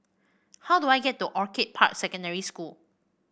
how do I get to Orchid Park Secondary School